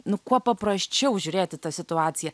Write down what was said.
nu kuo paprasčiau žiūrėti į tą situaciją